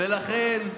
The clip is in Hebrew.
ולכן,